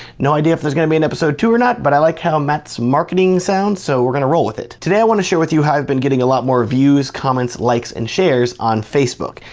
no idea if there's gonna be an episode two or not, but i like how matt's marketing sounds so we're gonna roll with it. today i wanna share with you how i've been getting a lot more views, comments, likes, and shares on facebook.